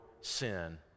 sin